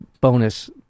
bonus